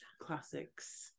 Classics